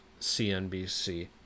CNBC